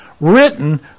written